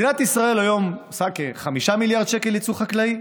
מדינת ישראל עושה כ-5 מיליארד שקל יצוא חקלאי.